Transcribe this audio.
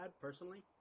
personally